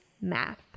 math